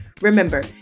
Remember